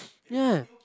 ya